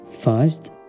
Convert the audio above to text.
First